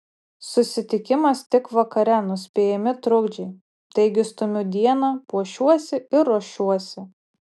susitikimas tik vakare nuspėjami trukdžiai taigi stumiu dieną puošiuosi ir ruošiuosi